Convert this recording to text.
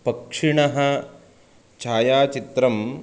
पक्षिणः छायाचित्रं